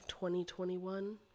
2021